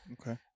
okay